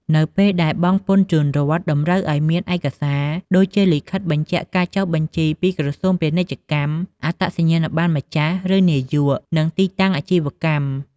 នៅពេលដែលបង់ពន្ធជូនរដ្ឋ តម្រូវអោយមាន ឯកសារ ដូចជាលិខិតបញ្ជាក់ការចុះបញ្ជីពីក្រសួងពាណិជ្ជកម្ម អត្តសញ្ញាណប័ណ្ណម្ចាស់ ឬនាយក និងទីតាំងអាជីវកម្ម។